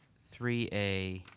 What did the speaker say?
three a,